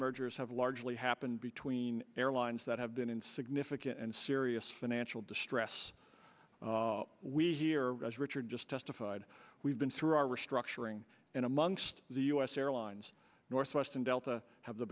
mergers have largely happened between airlines that have been in significant and serious financial distress we here as richard just testified we've been through our restructuring in amongst the u s airlines northwest and delta have the